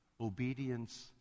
obedience